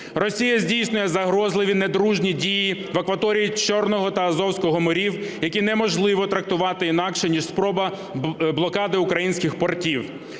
Росія здійснює загрозливі, недружні дії в акваторії Чорного та Азовського морів, які неможливо трактувати інакше ніж спроба блокади українських портів.